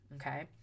okay